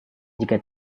jika